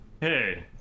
Hey